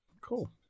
Cool